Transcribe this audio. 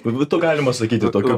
kur būtų galima sakyti tokią